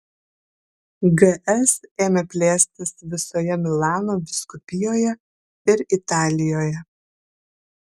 gs ėmė plėstis visoje milano vyskupijoje ir italijoje